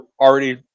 already